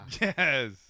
Yes